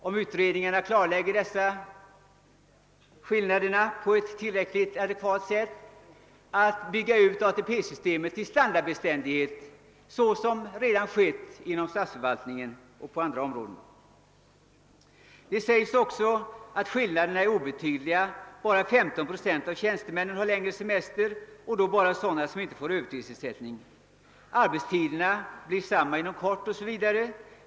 Om utredningarna klarlägger dessa skillnader på ett tillräckligt adekvat sätt är avsikten att bygga ut ATP-systemet till standardbeständighet, såsom redan har skett inom statsförvaltningen på andra områden. Det sägs vidare att skillnaderna är obetydliga. Endast 15 procent av tjänstemännen har längre semester, och då gäller det bara sådana tjänstemän som inte får övertidsersättning. Arbetstiderna blir inom kort desamma osv.